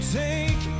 take